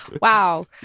Wow